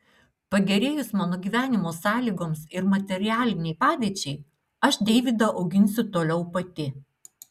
pagerėjus mano gyvenimo sąlygoms ir materialinei padėčiai aš deivydą auginsiu toliau pati